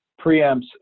preempts